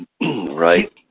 Right